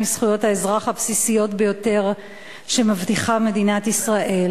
מזכויות האזרח הבסיסיות ביותר שמבטיחה מדינת ישראל,